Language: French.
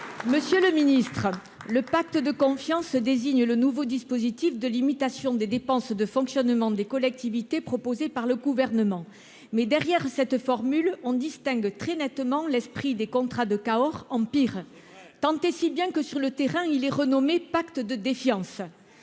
Monsieur le ministre, le « pacte de confiance » désigne le nouveau dispositif de limitation des dépenses de fonctionnement des collectivités proposé par le Gouvernement. Derrière cette formule, on distingue très nettement l'esprit des contrats de Cahors, en pire ! Tant et si bien que, sur le terrain, il est renommé :« pacte de défiance